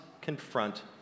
confront